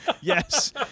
Yes